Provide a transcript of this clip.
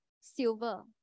silver